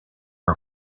are